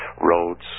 roads